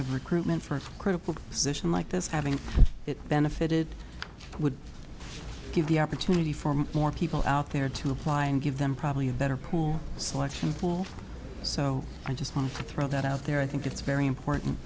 of recruitment for a critical position like this having it benefited would give the opportunity for more people out there to apply and give them probably a better pool selection pool so i just want to throw that out there i think it's very important